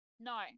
No